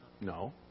No